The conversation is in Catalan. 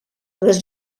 les